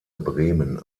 bremen